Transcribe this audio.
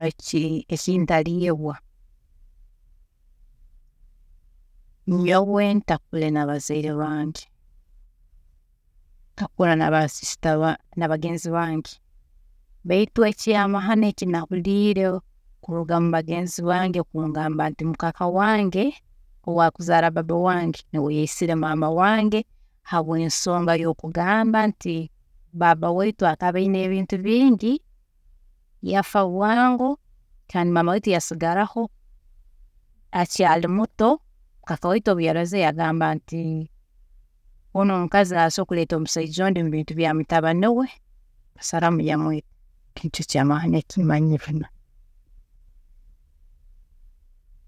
﻿Eki- Ekintu ki ntaryebwa, nyowe ntakure nabazaire bange, nkakura naba sister ba- nabagenzi bange baitu ekyamahano ekinahuriire kuruga mubagenzi bange kungamba nti mukaaka wange owakuzaara baaba wange niwe yaisire maama wange habwensonga yokugamba nti baaba waitu akaba ayine ebintu bingi yafwa bwangu kandi maama waitu yasigaraho akyaari muto, kaaka waitu obu yarozire nti onu omukazi nasobola kureeta omusaija ondi mubintu bya mutabani we, yasaramu yamwiita, nikyo kyamahano eki manyire.